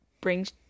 brings